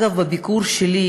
אגב, בביקור שלי